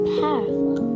powerful